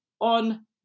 on